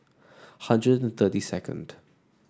hundred and thirty second